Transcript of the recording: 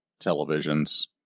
televisions